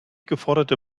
geforderte